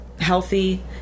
healthy